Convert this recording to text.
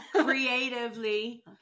creatively